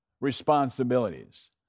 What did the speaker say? responsibilities